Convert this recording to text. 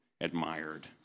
admired